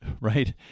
right